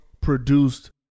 produced